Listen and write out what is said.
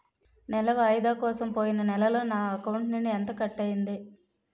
నెల వాయిదా కోసం పోయిన నెలలో నా అకౌంట్ నుండి ఎంత కట్ అయ్యింది?